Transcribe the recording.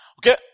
Okay